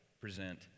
present